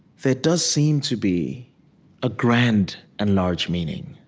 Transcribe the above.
there does seem to be a grand and large meaning.